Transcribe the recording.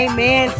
Amen